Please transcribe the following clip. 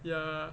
ya